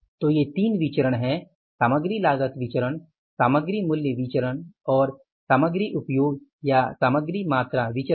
तो ये 3 विचरण हैं सामग्री लागत विचरण सामग्री मूल्य विचरण और सामग्री उपयोग या सामग्री मात्रा विचरण